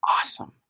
awesome